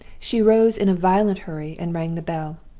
she rose in a violent hurry, and rang the bell.